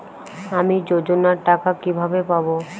আমি যোজনার টাকা কিভাবে পাবো?